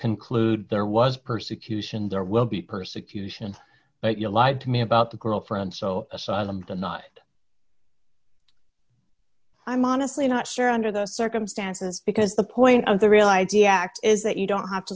conclude there was persecution there will be persecution but you lied to me about the girlfriend so asylum tonight i'm honestly not sure under the circumstances because the point of the real id act is that you don't have to